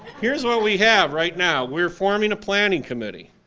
here's what we have right now. we're forming a planning committee.